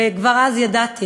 וכבר אז ידעתי